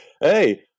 Hey